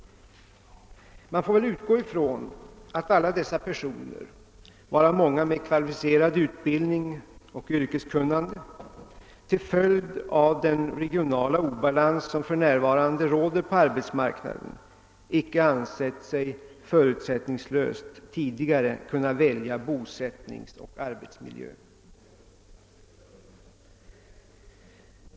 Man får väl utgå ifrån att alla dessa personer, varav många med kvalificerad utbildning och yrkeskunnande, till följd av den regionala obalans som för närvarande råder på arbetsmarknaden tidigare icke ansett sig förutsättningslöst kunna välja bosättningsoch arbetsmiljö.